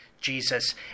Jesus